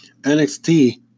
NXT